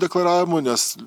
deklaravimu nes